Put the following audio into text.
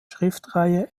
schriftenreihe